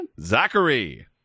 Zachary